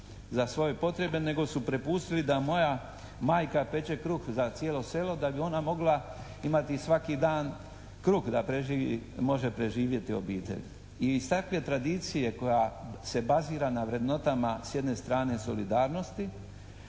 za svoje potrebe nego su prepustili da moja majka peče kruh za cijelo selo da bi ona mogla imati svaki dan kruh da može preživjeti obitelj. I iz takve tradicije koja se bazira na vrednotama s jedne strane solidarnosti